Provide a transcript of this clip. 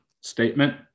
statement